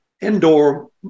indoor